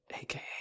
AKA